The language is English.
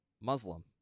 Muslim